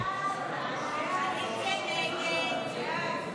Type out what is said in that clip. הסתייגות 46 לא נתקבלה.